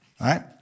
Right